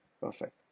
perfect